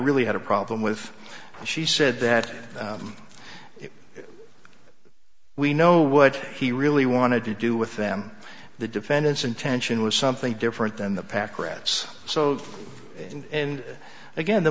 really had a problem with she said that if we know what he really wanted to do with them the defendants intention was something different than the pack rats so and again the